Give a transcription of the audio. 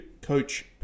Coach